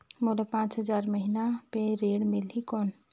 मोला पांच हजार महीना पे ऋण मिलही कौन?